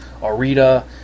Arita